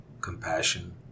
compassion